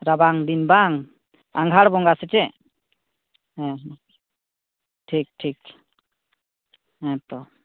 ᱨᱟᱵᱟᱝ ᱫᱤᱱ ᱵᱟᱝ ᱟᱜᱷᱟᱲ ᱵᱚᱸᱜᱟ ᱥᱮ ᱪᱮᱫ ᱦᱮᱸ ᱴᱷᱤᱠ ᱴᱷᱤᱠ ᱦᱮᱸ ᱛᱚ